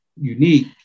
unique